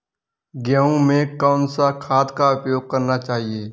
गेहूँ में कौन सा खाद का उपयोग करना चाहिए?